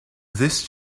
this